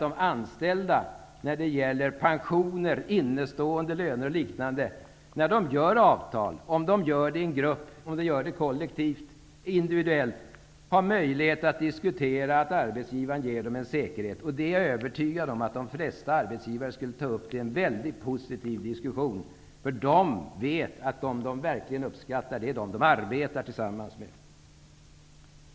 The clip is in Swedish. de anställda träffar avtal kollektivt eller individuellt om t.ex. pensioner och innestånde löner skall de kunna diskutera möjligheten att få en säkerhet från arbetsgivaren. Jag är övertygad om att de flesta arbetsgivare skulle ta upp en mycket positiv diskussion i denna fråga. Arbetsgivarna vet att de som de verkligen uppskattar är de som de arbetar tillsammans med.